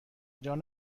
جان